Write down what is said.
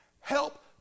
help